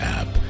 app